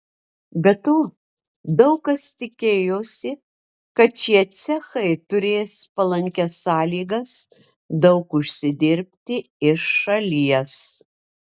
be to daug kas tikėjosi kad šie cechai turės palankias sąlygas daug užsidirbti iš šalies